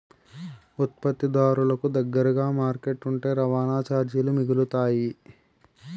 ఉత్పత్తిదారులకు దగ్గరగా మార్కెట్ ఉంటే రవాణా చార్జీలు మిగులుతాయి